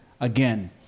again